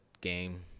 game